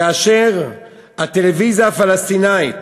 כאשר הטלוויזיה הפלסטינית,